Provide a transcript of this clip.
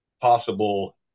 possible